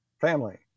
family